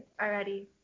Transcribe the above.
already